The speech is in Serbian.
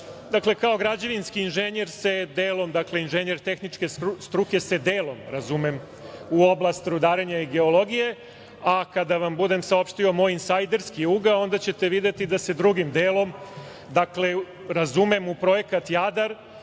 dakle, kao građevinski inženjer se delom, kao inženjer tehničke struke, se delom razumem u oblast rudarenja i geologije, a kada vam budem saopštio moj insajderski ugao, onda ćete videti da se drugim delom razumem u projekat Jadar,